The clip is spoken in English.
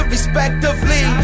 Respectively